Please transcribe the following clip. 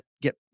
get